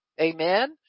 Amen